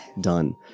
done